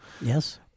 Yes